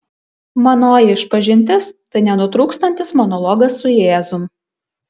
manoji išpažintis tai nenutrūkstantis monologas su jėzum